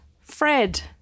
Fred